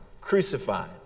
crucified